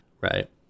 Right